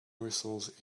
whistles